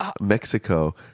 Mexico